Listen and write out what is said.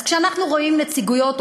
אז כשאנחנו רואים נציגויות,